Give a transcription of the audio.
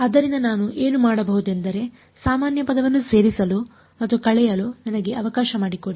ಆದ್ದರಿಂದ ನಾನು ಏನು ಮಾಡಬಹುದೆಂದರೆ ಸಾಮಾನ್ಯ ಪದವನ್ನು ಸೇರಿಸಲು ಮತ್ತು ಕಳೆಯಲು ನನಗೆ ಅವಕಾಶ ಮಾಡಿಕೊಡಿ